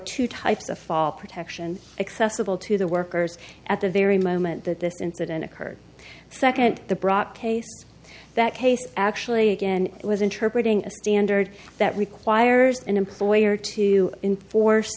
two types of fall protection accessible to the workers at the very moment that this incident occurred second the brought case that case actually again was interpret ing a standard that requires an employer to enforce